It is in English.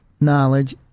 knowledge